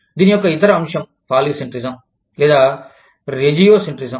దీని యొక్క ఇతర అంశం పాలిసెంట్రిజమ్ లేదా రెజియోసెంట్రిజమ్